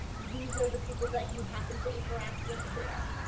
these are the people that you happen to interact with there.